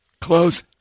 Close